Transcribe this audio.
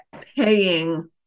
paying